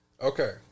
okay